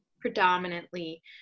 predominantly